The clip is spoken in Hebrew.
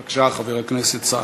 בבקשה, חבר הכנסת סעדי.